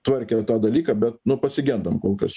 tvarkė tą dalyką bet nu pasigendam kol kas